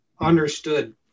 understood